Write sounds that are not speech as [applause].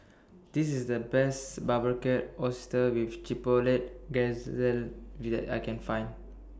This IS The Best Barbecued Oysters with Chipotle Glaze that [unintelligible] I Can Find